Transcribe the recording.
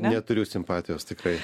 neturiu simpatijos tikrai